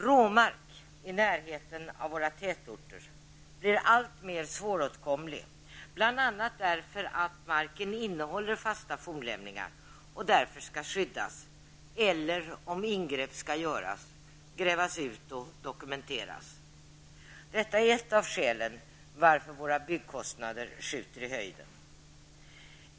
Råmark i närheten av våra tätorter blir alltmer svåråtkomlig, bl.a. därför att marken innehåller fasta fornlämningar och därför skall skyddas eller, om ingrepp skall göras, grävas ut och dokumenteras. Detta är ett av skälen till att våra byggkostnader skjuter i höjden.